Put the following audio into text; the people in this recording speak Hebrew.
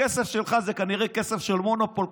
הכסף שלך הוא כנראה כסף של מונופול,